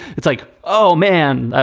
it's like, oh, man,